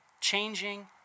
changing